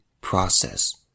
process